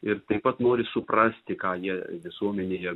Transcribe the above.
ir taip pat nori suprasti ką jie visuomenėje